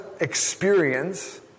experience